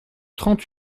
trente